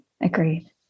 Agreed